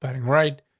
i mean right,